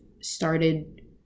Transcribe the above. started